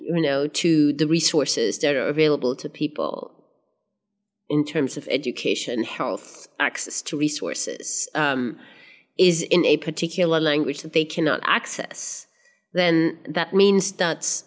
you know to the resources that are available to people in terms of education health access to resources is in a particular language that they cannot access then that means that